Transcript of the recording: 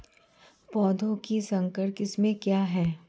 पौधों की संकर किस्में क्या हैं?